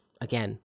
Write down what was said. again